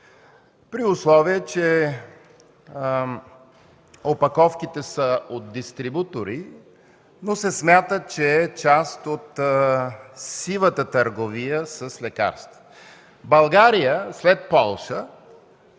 при условие че опаковките са от дистрибутори, но се смята, че е част от сивата търговия с лекарства. В България, след Полша,